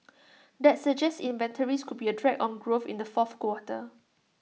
that suggests inventories could be A drag on growth in the fourth quarter